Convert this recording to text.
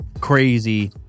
crazy